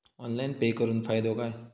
Online pay करुन फायदो काय?